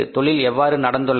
தொழில் எவ்வாறு நடந்துள்ளது